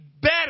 better